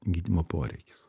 gydymo poreikis